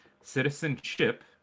citizenship